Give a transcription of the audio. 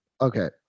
Okay